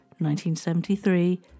1973